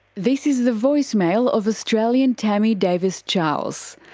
this is the voicemail of australian tammy davis charles.